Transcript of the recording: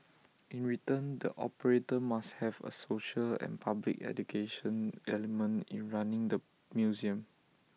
in return the operator must have A social and public education element in running the museum